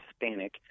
Hispanic